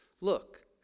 Look